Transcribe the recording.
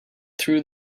through